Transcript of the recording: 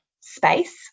space